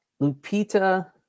Lupita